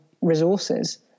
resources